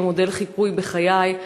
שהיא מודל לחיקוי בחיי,